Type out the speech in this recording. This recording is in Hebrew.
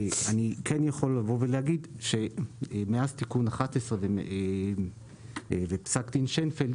אני כן יכול לבוא ולהגיד שמאז תיקון 11 בפסק דין שיינפלד,